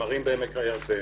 לתמרים בעמק הירדן,